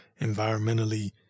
environmentally